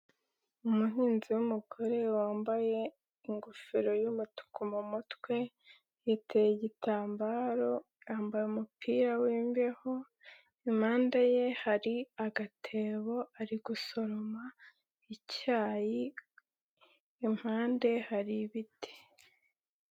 Umuhinzi w'umugore wambaye ingofero y'umutuku mu mutwe, yateze igitambaro, yambaye umupira w'imbeho, impande ye hari agatebo, ari gusoroma icyayi, impande hari ibiti.